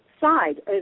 side